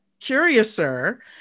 curiouser